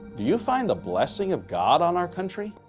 do you find the blessing of god on our country?